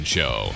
Show